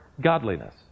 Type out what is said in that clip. godliness